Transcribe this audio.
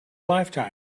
lifetime